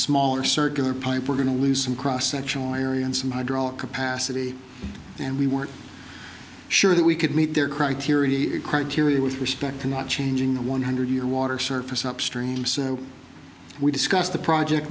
smaller circular pipe we're going to lose some cross sectional area and some hydraulic capacity and we weren't sure that we could meet their criteria criteria with respect to not changing the one hundred year water surface upstream so we discussed the project